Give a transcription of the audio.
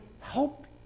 help